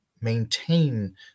maintain